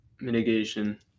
mitigation